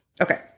Okay